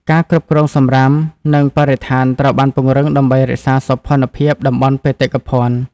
ការគ្រប់គ្រងសំរាម និងបរិស្ថានត្រូវបានពង្រឹងដើម្បីរក្សាសោភ័ណភាពតំបន់បេតិកភណ្ឌ។